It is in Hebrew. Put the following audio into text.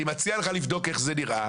אני מציע לך לבדוק איך זה נראה.